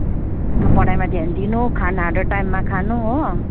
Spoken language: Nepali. पढाइमा ध्यान दिनु खानाहरू टाइममा खानु हो